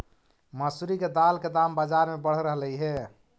मसूरी के दाल के दाम बजार में बढ़ रहलई हे